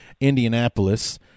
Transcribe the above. Indianapolis